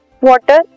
water